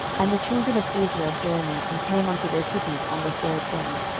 and the children of israel journeyed, and came unto their cities on the third day.